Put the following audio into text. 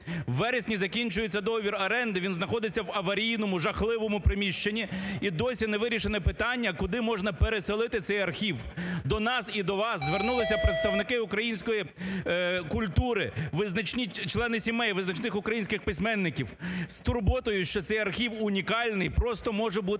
У вересні закінчується договір оренди, він знаходиться в аварійному жахливому приміщенні. І досі не вирішене питання, куди можна переселити цей архів. До нас і до вас звернулися представники української культури, визначні члени сімей визначних українських письменників з турботою, що цей архів унікальний просто може бути